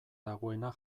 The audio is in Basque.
dagoena